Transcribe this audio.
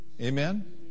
Amen